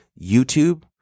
YouTube